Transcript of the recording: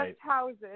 houses